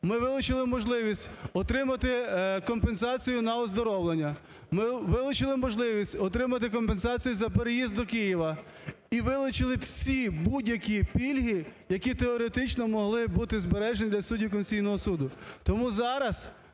Ми вилучили можливість отримати компенсацію на оздоровлення. Ми вилучили можливість отримати компенсацію за переїзд до Києва. І вилучили всі будь-які пільги, які теоретично могли бути збережені для суддів Конституційного Суду. Тому зараз